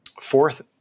Fourth